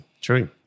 True